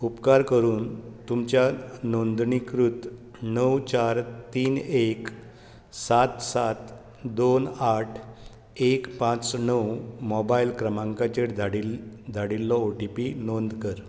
उपकार करून तुमच्या नोंदणीकृत णव चार तीन एक सात सात दोन आठ एक पांच णव मोबायल क्रमांकाचेर धाडिल् धाडिल्लो ओटीपी नोंद कर